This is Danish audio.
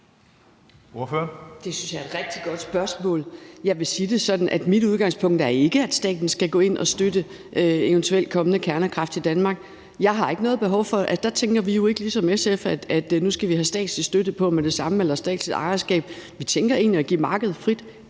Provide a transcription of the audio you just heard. Det synes jeg er et rigtig godt spørgsmål. Jeg vil sige det sådan, at mit udgangspunkt ikke er, at staten skal gå ind og støtte eventuel kommende kernekraft i Danmark. Det har jeg ikke noget behov for; der tænker vi jo ikke ligesom SF, at nu skal vi have statslig støtte til det med det samme eller statsligt ejerskab. Vi tænker egentlig at give markedet frit